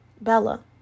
Bella